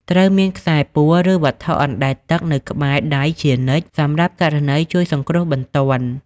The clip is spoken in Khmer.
ត្រូវមាន ខ្សែពួរ ឬវត្ថុអណ្តែតទឹកនៅក្បែរដៃជានិច្ចសម្រាប់ករណីជួយសង្គ្រោះបន្ទាន់។